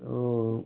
तो